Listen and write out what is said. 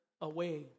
away